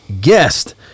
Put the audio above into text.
guest